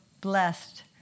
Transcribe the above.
blessed